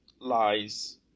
lies